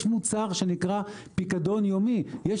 יש מוצר שנקרא פיקדון יומי,